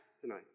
tonight